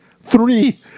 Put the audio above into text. Three